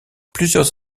plusieurs